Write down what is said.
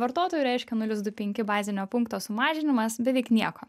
vartotojui reiškia nulis du penki bazinio punkto sumažinimas beveik nieko